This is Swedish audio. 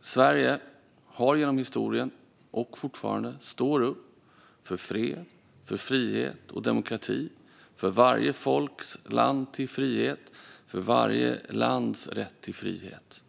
Sverige har genom historien, och gör det fortfarande, stått upp för fred, frihet och demokrati, för varje folks rätt till frihet, för varje lands rätt till frihet.